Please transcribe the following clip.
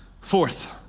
Fourth